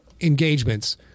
engagements